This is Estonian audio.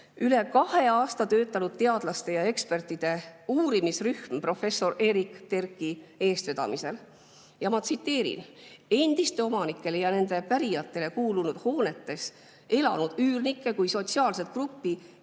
üle kahe aasta töötanud teadlaste ja ekspertide uurimisrühm professor Erik Terki eestvedamisel. Ma tsiteerin: endistele omanikele ja nende pärijatele kuulunud hoonetes elanud üürnikke kui sotsiaalset gruppi